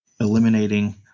eliminating